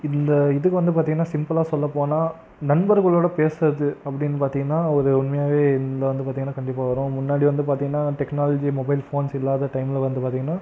இந்த இதுக்கு வந்து பார்த்தீங்கன்னா சிம்புளாக சொல்லப் போனால் நண்பர்களோடு பேசுகிறது அப்படின்னு பார்த்தீங்கன்னா ஒரு உண்மையாகவே இந்த வந்து பார்த்தீங்கன்னா கண்டிப்பாக வரும் முன்னாடி வந்து பார்த்தீங்கன்னா டெக்னாலஜி மொபைல் ஃபோன்ஸ் இல்லாத டைமில் வந்து பார்த்தீங்கன்னா